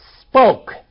spoke